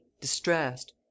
distressed